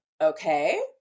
Okay